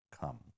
come